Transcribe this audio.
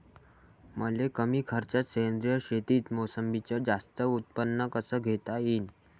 मले कमी खर्चात सेंद्रीय शेतीत मोसंबीचं जास्त उत्पन्न कस घेता येईन?